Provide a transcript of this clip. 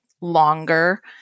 longer